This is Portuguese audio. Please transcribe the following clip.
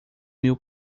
mil